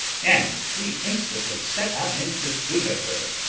and we instantly set out in pursuit of her,